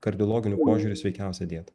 kardiologiniu požiūriu sveikiausia dieta